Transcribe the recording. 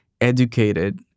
educated